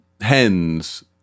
hens